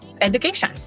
education